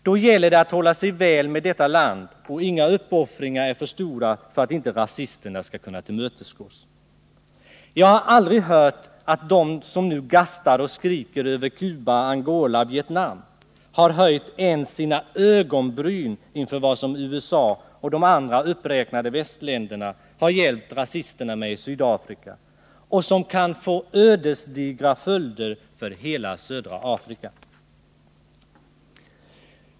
Då gäller det att hålla sig väl med detta land, och då är inga uppoffringar så stora att inte rasisterna kan tillmötesgås. Jag har aldrig märkt att de som nu gastar och skriker över Cuba, Angola och Vietnam ens har höjt sina ögonbryn inför vad USA och de andra uppräknade västländerna har hjälpt rasisterna med i Sydafrika, vilket kan få ödesdigra följder för hela södra Afrika.